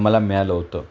मला मिळालं होतं